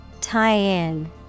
Tie-in